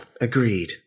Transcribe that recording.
Agreed